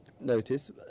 notice